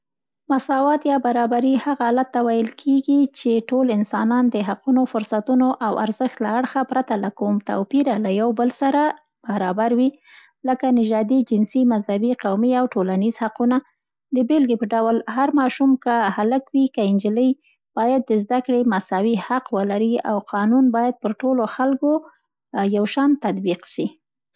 مساوات یا برابري هغه حالت ته ویل کېږي، چي ټول انسانان د حقونو، فرصتونو او ارزښت له اړخه، پرته له کوم توپیره له یو او بل سره برابر وي، لکه، نژادي، جنسي، مذهبي، قومي او ټولنیز حقونه. د بېلګې په ډول: هر ماشوم، که هلک وي که نجلۍ، باید د زده کړې مساوي حق لري او قاونون باید پر ټولو خلکو یوشان تطبیق سي.